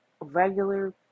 Regular